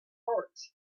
hurt